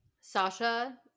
sasha